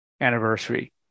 anniversary